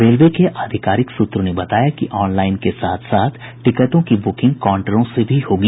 railway के आधिकारिक सूत्रों ने बताया कि ऑनलाइन के साथ साथ टिकटों की बुकिंग काउंटरों से भी होगी